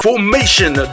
Formation